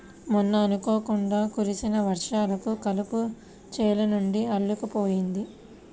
మొన్న అనుకోకుండా కురిసిన వర్షాలకు కలుపు చేలనిండా అల్లుకుపోయింది